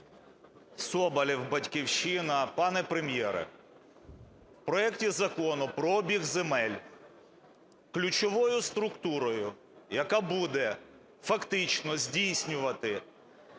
Соболєв, "Батьківщина". Пане Прем'єре, в проекті Закону про обіг земель ключовою структурою, яка буде фактично здійснювати